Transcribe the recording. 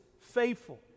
faithful